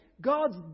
God's